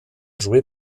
joué